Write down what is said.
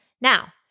Now